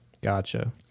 Gotcha